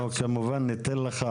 אתה כמובן תוכל להתייחס אחר כך.